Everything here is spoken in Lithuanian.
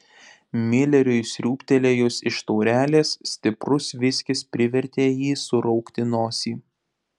mileriui sriūbtelėjus iš taurelės stiprus viskis privertė jį suraukti nosį